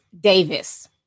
Davis